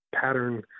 pattern